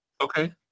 Okay